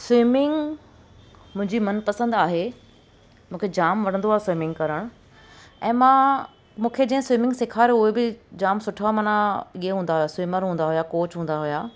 swimming मुंहिंजी मनपसंद आहे मूंखे जाम वणंदो आहे स्विमिंग करणु ऐं मां मूंखे जंहिं स्विमिंग सेखारियो हो बि जाम सुठो आहे माना गे हूंदा हुआ स्विमर हूंदा हुआ कोच हूंदा हुआ